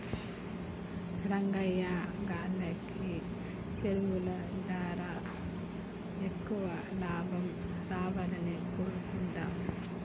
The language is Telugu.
రంగయ్యా గాల్లకి సెరువులు దారా ఎక్కువ లాభం రావాలని కోరుకుందాం